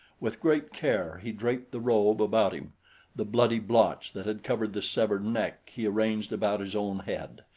with great care he draped the robe about him the bloody blotch that had covered the severed neck he arranged about his own head.